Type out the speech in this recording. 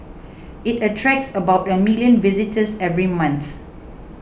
it attracts about a million visitors every month